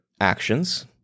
actions